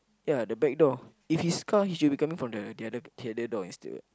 ya the backdoor if it's car he should be coming from the the other the other door instead